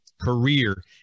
career